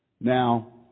Now